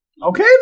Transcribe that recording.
Okay